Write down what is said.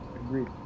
Agreed